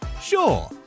Sure